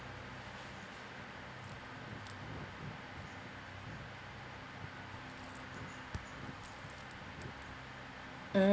mm